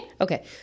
Okay